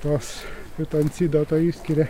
tuos fitoncido išskiria